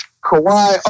Kawhi